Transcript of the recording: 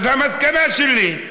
אז המסקנה שלי,